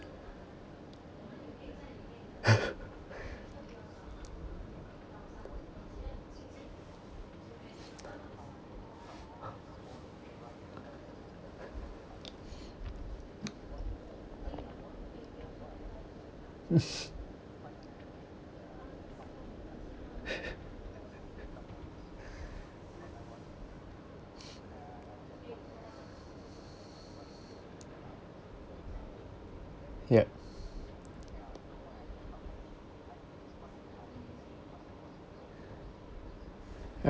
yeah